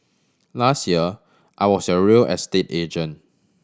last year I was your real estate agent